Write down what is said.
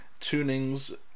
tunings